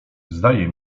zdaje